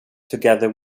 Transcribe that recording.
together